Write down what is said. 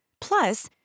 Plus